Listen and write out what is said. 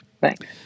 thanks